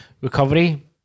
recovery